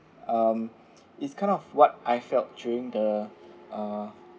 um it's kind of what I felt during the uh